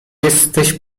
jesteś